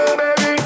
baby